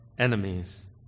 enemies